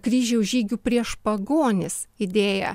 kryžiaus žygių prieš pagonis idėja